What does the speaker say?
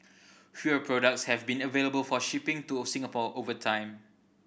fewer products have been available for shipping to Singapore over time